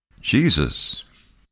Jesus